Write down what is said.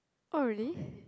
oh really